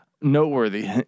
noteworthy